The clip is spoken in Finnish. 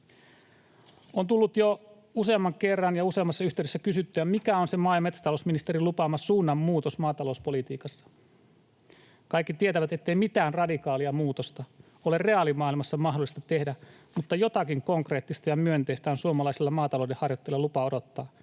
On tullut jo useamman kerran ja useammassa yhteydessä kysyttyä, mikä on se maa- ja metsätalousministerin lupaama suunnanmuutos maatalouspolitiikassa. Kaikki tietävät, ettei mitään radikaalia muutosta ole reaalimaailmassa mahdollista tehdä, mutta jotakin konkreettista ja myönteistä on suomalaisella maataloudenharjoittajalla lupa odottaa.